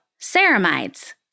ceramides